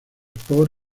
por